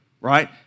right